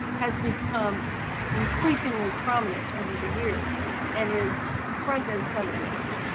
has become increasingly prominent over the years and is front and center now.